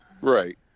Right